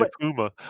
Puma